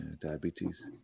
Diabetes